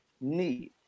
need